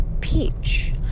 peach